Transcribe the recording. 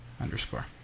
underscore